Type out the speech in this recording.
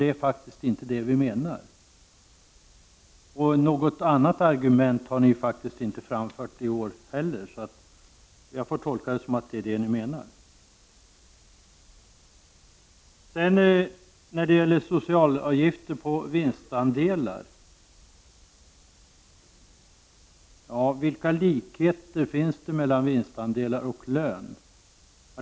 Det är faktiskt inte det vi menar. Något annat argument har ni inte framfört i år heller. Jag får tolka det som att det är detta ni menar. Vilka likheter finns det mellan vinstandelar och lön?